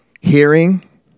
hearing